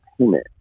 payment